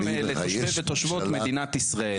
והחשובים לתושבי ותושבות מדינת ישראל.